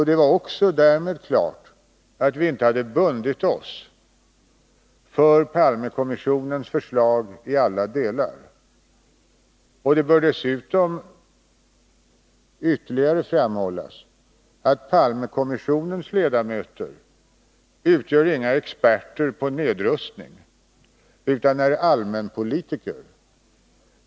Det var också därmed klart att vi inte hade bundit oss för Palmekommissionens förslag i alla delar. Det bör dessutom ytterligare framhållas att Palmekommissionens ledamöter inte utgör några experter på nedrustning utan är allmänpolitiker.